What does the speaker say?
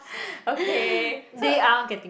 okay so